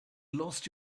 lost